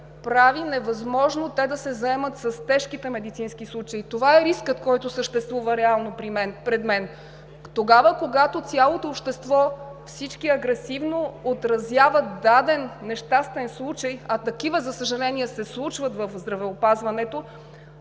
прави невъзможно те да се заемат с тежките медицински случаи. Това е рискът, който съществува реално пред мен. Тогава, когато цялото общество, всички агресивно отразяват даден нещастен случай, а такива, за съжаление, се случват в здравеопазването,